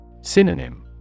Synonym